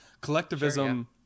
Collectivism